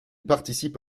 participe